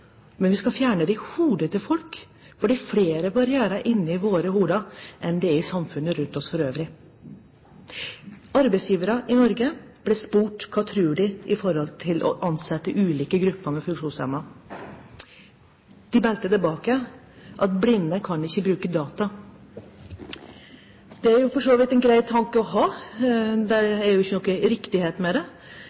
Men vi skal fjerne dem i hodet til folk, for det er flere barrierer inne i hodet vårt enn det er i samfunnet rundt oss for øvrig. Arbeidsgivere i Norge har blitt spurt om hva de tror er vanskelig i forbindelse med å ansette ulike grupper med funksjonshemninger. De meldte tilbake at blinde ikke kan bruke data. Det er for så vidt en grei tanke å ha, men det medfører jo ikke riktighet. Jeg tenker at det